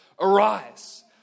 arise